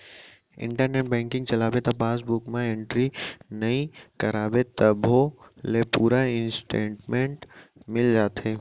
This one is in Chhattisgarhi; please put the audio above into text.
इंटरनेट बेंकिंग चलाबे त पासबूक म एंटरी नइ कराबे तभो ले पूरा इस्टेटमेंट मिल जाथे